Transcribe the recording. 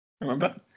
Remember